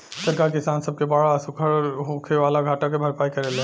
सरकार किसान सब के बाढ़ आ सुखाड़ से होखे वाला घाटा के भरपाई करेले